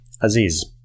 Aziz